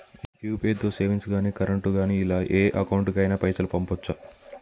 UPI తో savings గాని current గాని ఇలా ఏ అకౌంట్ కైనా పైసల్ పంపొచ్చా?